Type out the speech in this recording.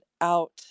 out